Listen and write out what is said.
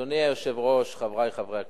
אדוני היושב-ראש, חברי חברי הכנסת,